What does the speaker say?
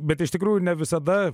bet iš tikrųjų ne visada